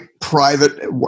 private